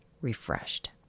refreshed